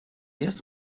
jest